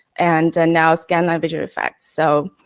and now, scanline visual effects. so,